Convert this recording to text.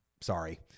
Sorry